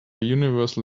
universal